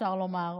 אפשר לומר,